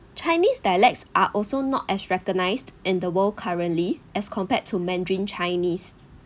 chinese dialects are also not as recognised in the world currently as compared to mandarin chinese